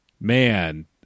man